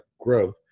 growth